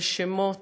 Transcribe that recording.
אלה שמות,